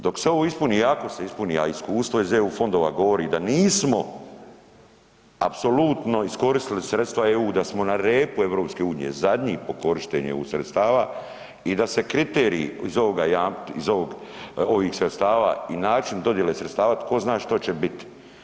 Dok se ispuni i ako se ispuni, a iskustvo iz EU fondova govori da nismo apsolutno iskoristili sredstva EU, da smo na repu EU, zadnji po korištenju EU sredstva i da se kriteriji iz ovoga, iz ovog, ovih sredstava i način dodijele sredstava tko zna što će biti.